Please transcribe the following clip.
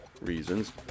reasons